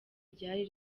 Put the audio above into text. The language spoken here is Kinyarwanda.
ryari